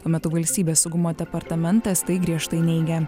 tuo metu valstybės saugumo departamentas tai griežtai neigia